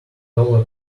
dollar